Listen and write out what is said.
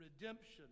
redemption